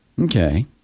Okay